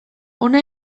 hona